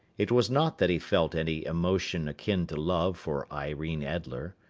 it was not that he felt any emotion akin to love for irene adler.